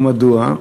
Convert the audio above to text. ומדוע?